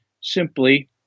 simply